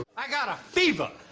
i got a fever